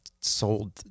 sold